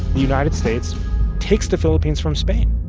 the united states takes the philippines from spain,